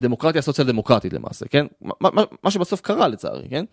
דמוקרטיה סוציאל דמוקרטית למעשה כן מה שבסוף קרה לצערי כן.